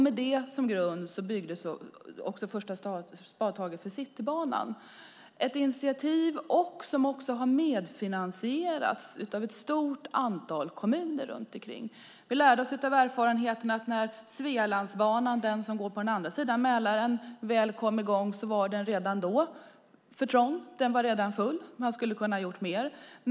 Med detta som grund togs det första spadtaget för Citybanan, ett initiativ som har medfinansierats av ett stort antal kommuner runt omkring. Vi lärde oss av erfarenheten från Svealandsbanan som går på andra sidan Mälaren. När den kom i gång var den redan för trång. Den var redan full. Man skulle ha kunnat göra mer.